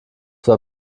war